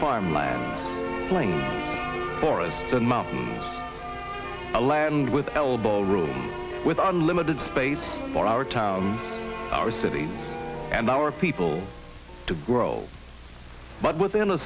playing for a mountain a land with elbow room with unlimited space for our town our city and our people to grow but within a